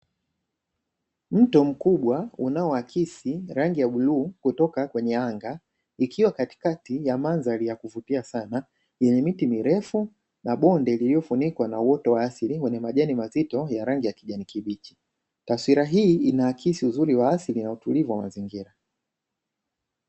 Mto mkubwa unao akisi rangi ya bluu kutoka kwenye anga, ikiwa katikati ya mandhari ya kuvutia sana yenye miti mirefu na bonde lililofunikwa na uoto wa asili wenye majani mazito ya rangi ya kijani kibichi. Taswira hii inaakisi uzuri wa asili na utulivu wa mazingira.